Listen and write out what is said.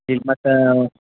ಇಲ್ಲಿ ಮತ್ತೆ